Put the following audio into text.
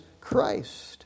Christ